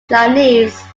chinese